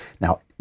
Now